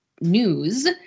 news